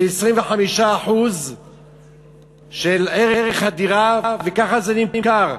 שהיא 25% של ערך הדירה, וככה זה נמכר.